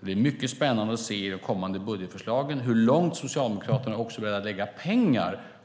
Det blir mycket spännande att se i de kommande budgetförslagen hur mycket pengar Socialdemokraterna vill lägga